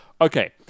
okay